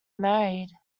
married